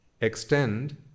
extend